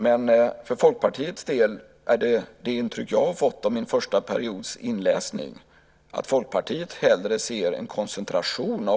Men för Folkpartiets del har jag fått intrycket av inläsningen under min första period att Folkpartiet hellre ser en koncentration